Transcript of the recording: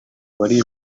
bari